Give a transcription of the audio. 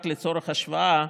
רק לצורך השוואה,